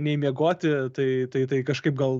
nei miegoti tai tai tai kažkaip gal